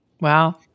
Wow